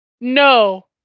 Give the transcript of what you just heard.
No